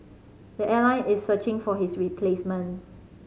the airline is searching for his replacement